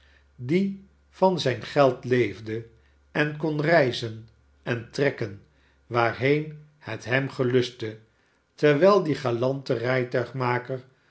die van zijn geld leefde en kon reizen en trekken waarheen het hem gelustte terwijl die galante